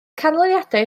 canlyniadau